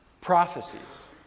prophecies